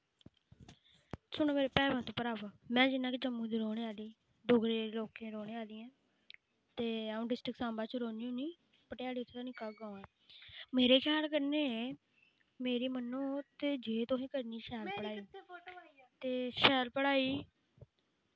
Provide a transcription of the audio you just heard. सुनो मेरे भैनो ते भ्रावो मैं जि'यां कि जम्मू दी रौह्ने आह्ली डोगरे लाके रौह्ने आह्ली ऐं ते अ'ऊं डिस्ट्रिक साम्बा च रौह्नी होन्नी पटेआड़ी च निक्का ग्रांऽ ऐ मेरे ख्याल कन्नै मेरी मन्नो ते जे तुसें करनी शैल पढ़ाई ते शैल पढ़ाई